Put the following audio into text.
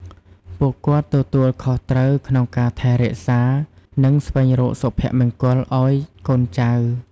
ពួកគាត់ទទួលខុសត្រូវក្នុងការថែរក្សា និងស្វែងរកសុភមង្គលឱ្យកូនចៅ។